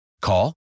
Call